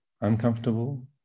uncomfortable